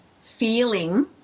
feeling